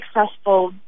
successful